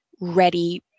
ready